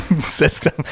system